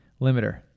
limiter